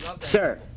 Sir